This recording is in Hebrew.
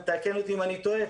תקן אותי אם אני טועה,